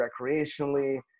recreationally